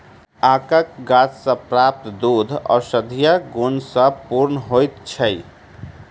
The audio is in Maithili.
आकक गाछ सॅ प्राप्त दूध औषधीय गुण सॅ पूर्ण होइत छै